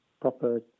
proper